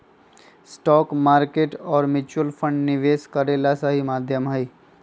stock market और mutual fund निवेश करे ला सही माध्यम हई